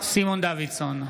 סימון דוידסון,